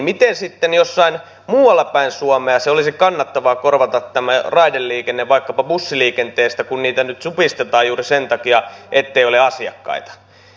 miten sitten jossain muualla päin suomea olisi kannattavaa korvata tämä raideliikenne vaikkapa bussiliikenteellä kun sitä nyt supistetaan juuri sen takia ettei ole asiakkaita